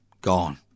gone